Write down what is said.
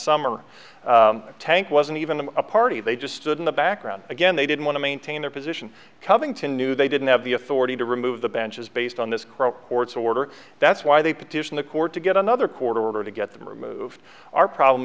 summer tank wasn't even a party they just stood in the background again they didn't want to maintain their position covington knew they didn't have the authority to remove the benches based on this crow court's order that's why they petition the court to get another court order to get them removed our problem